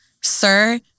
Sir